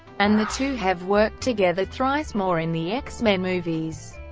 and the two have worked together thrice more in the x-men movies.